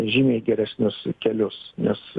žymiai geresnius kelius nes